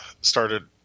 started